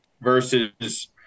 versus